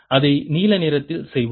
அதை நீல நிறத்தில் செய்வோம்